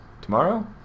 tomorrow